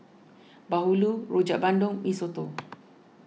Bahulu Rojak Bandung Mee Soto